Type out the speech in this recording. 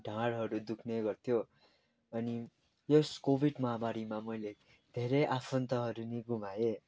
ढाँडहरू दुख्ने गर्थ्यो अनि यस कोविड महामारीमा मैले धेरै आफन्तहरू पनि गुमाएँ